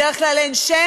בדרך כלל אין לו